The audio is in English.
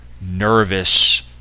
nervous